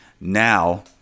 Now